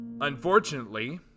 Unfortunately